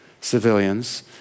civilians